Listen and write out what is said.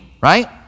right